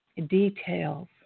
details